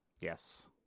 Yes